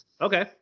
Okay